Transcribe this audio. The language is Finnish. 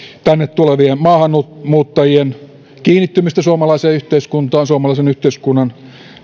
tänne tulevien maahanmuuttajien kiinnittymistä suomalaiseen yhteiskuntaan suomalaisen yhteiskunnan